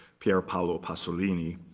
pier paolo pasolini,